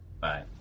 Bye